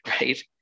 right